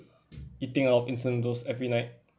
eating a lot of instant noodle every night